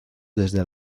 desde